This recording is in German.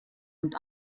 und